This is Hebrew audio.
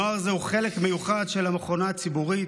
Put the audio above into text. "נוער, זהו חלק מיוחד של המכונה הציבורית,